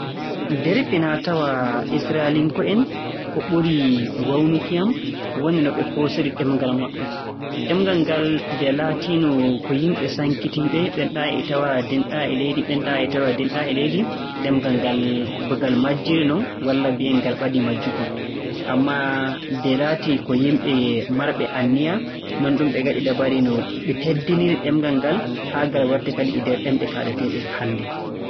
Nder finaa-tawaa Israalinko'en ko ɓuri waawnuki yam woni no ɓe koosiri ɗemngal maɓɓe. Ɗemngal ngal nde laatiino ko yimɓe sankitiiɓe, ɓenɗaa'e e tawee dinɗaa'e leydi ɓenɗaa'e e tawee dinɗaa'e leydi, ɗamngal ngal ba ngal majjiri non walla mbi'en ngal ɓadii majjuki. Ammaa nde laati ko yimɓe marɓe anniya, nonɗum ɓe ngaɗi dabare ɓe teddiniri ɗemngal ngal haa ngal warti kadi e nder ɗemɗe kaaleteeɗe hannde.